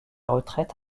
retraite